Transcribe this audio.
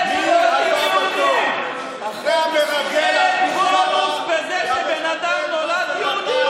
מי הבא בתור אחרי המרגל עזמי בשארה והמחבל באסל גטאס.